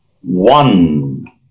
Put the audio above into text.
one